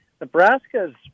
Nebraska's